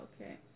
okay